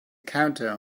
counter